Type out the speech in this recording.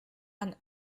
and